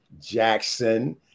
jackson